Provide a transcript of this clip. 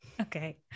Okay